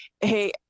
hey